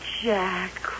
Jack